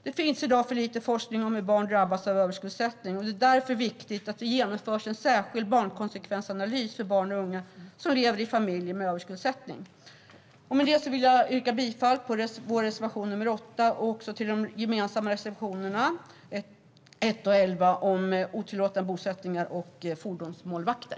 Det finns i dag för lite forskning om hur barn drabbas av överskuldsättning, och det är därför viktigt att man genomför en särskild barnkonsekvensanalys för barn och unga som lever i familjer med överskuldsättning. Med detta vill jag yrka bifall till vår reservation nr 8 samt till de gemensamma reservationerna nr 1 och nr 11 om otillåtna bosättningar och fordonsmålvakter.